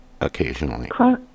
occasionally